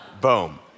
boom